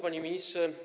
Panie Ministrze!